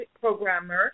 programmer